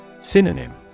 Synonym